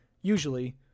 usually